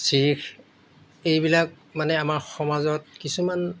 শিখ এইবিলাক মানে আমাৰ সমাজত কিছুমান